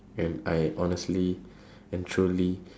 and I honestly and truly